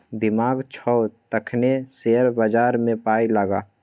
दिमाग छौ तखने शेयर बजारमे पाय लगा